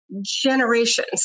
generations